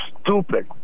stupid